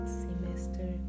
semester